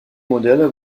modelle